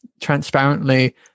transparently